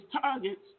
Targets